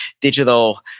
digital